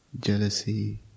jealousy